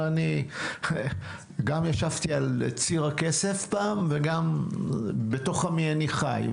אני גם ישבתי על ציר הכסף פעם וגם בתוך המי אני חי.